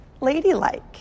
ladylike